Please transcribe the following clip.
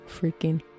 freaking